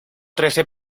trece